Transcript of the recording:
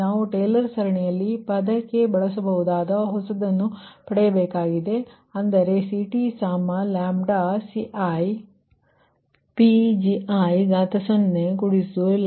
ನಾವು ಟೇಲರ್ ಸರಣಿಯಲ್ಲಿ ಪದಕ್ಕೆ ಬಳಸಬಹುದಾದ ಹೊಸದನ್ನು ಪಡೆಯಬೇಕಾಗಿದೆ ಅಂದರೆCTi1mCiPgi0i1mdCiPgi0dPgiPgi